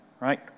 right